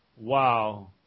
Wow